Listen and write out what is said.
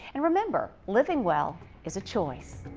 and remember, living well is a choice.